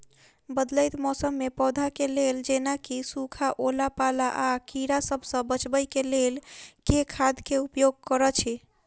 बदलैत मौसम मे पौधा केँ लेल जेना की सुखा, ओला पाला, आ कीड़ा सबसँ बचबई केँ लेल केँ खाद केँ उपयोग करऽ छी?